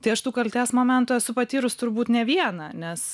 tai aš tų kaltės momentų esu patyrus turbūt ne vieną nes